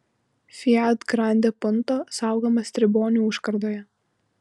fiat grande punto saugomas tribonių užkardoje